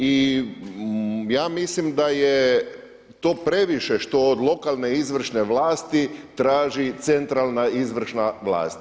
I ja mislim da je to previše što od lokalne, izvršne vlasti traži centralna izvršna vlast.